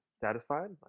satisfied